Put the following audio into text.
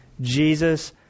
Jesus